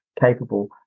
capable